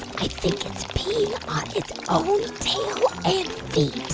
i think it's peeing on it's own tail and feet. yeah